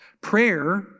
Prayer